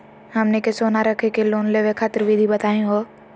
हमनी के सोना रखी के लोन लेवे खातीर विधि बताही हो?